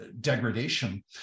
degradation